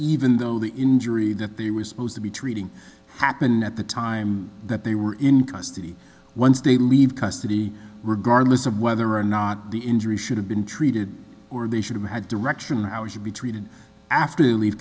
even though the injury that there was supposed to be treating happen at the time that they were in custody once they leave custody regardless of whether or not the injury should have been treated were they should have had direction on how we should be treated after they leave